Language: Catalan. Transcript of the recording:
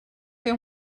fer